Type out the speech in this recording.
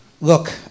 look